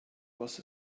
was